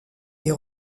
est